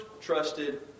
trusted